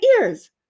ears